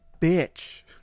bitch